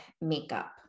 makeup